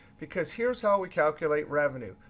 because here's how we calculate revenue.